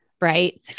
right